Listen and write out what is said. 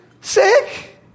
Sick